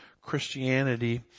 Christianity